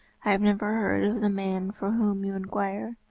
i have never heard of the man for whom you inquire.